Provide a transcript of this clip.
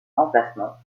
remplacement